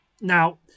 Now